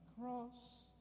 cross